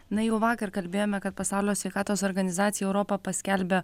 na jau vakar kalbėjome kad pasaulio sveikatos organizacija europą paskelbė